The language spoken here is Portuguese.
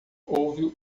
houve